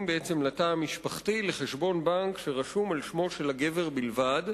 בעצם לתא המשפחתי לחשבון בנק שרשום על שמו של הגבר בלבד,